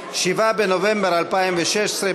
7 בנובמבר 2016,